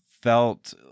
felt